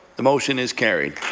the motion is carried.